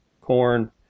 corn